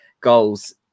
goals